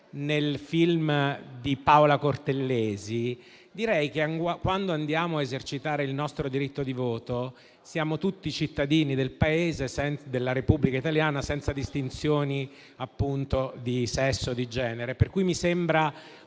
nel film di Paola Cortellesi, direi che quando andiamo a esercitare il nostro diritto di voto siamo tutti cittadini della Repubblica italiana senza distinzioni di sesso e di genere. Questa, quindi, mi sembra